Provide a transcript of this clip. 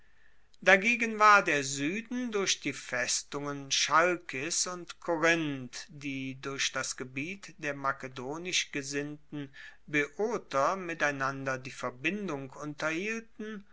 dagegen war der sueden durch die festungen chalkis und korinth die durch das gebiet der makedonisch gesinnten boeoter miteinander die verbindung unterhielten